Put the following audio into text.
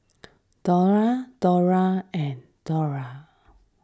Dollah Dollah and Dollah